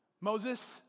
Moses